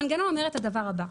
המנגנון אומר את הדבר הבא,